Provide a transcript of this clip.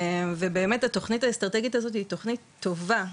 ובאמת התוכנית האסטרטגית הזו היא תוכנית טובה,